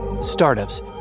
startups